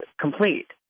complete